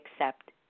accept